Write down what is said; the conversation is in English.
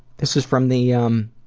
this is from the um